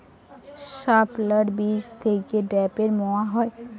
শাপলার বীজ থেকে ঢ্যাপের মোয়া হয়?